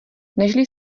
nežli